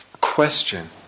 Question